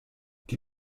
die